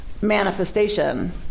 manifestation